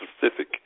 Pacific